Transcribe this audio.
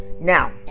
now